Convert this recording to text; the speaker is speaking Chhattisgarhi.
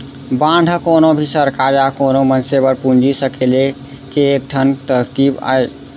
बांड ह कोनो भी सरकार या कोनो मनसे बर पूंजी सकेले के एक ठन तरकीब अय